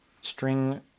string